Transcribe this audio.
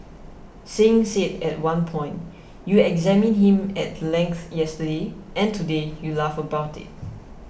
Singh said at one point you examined him at length yesterday and today you laugh about it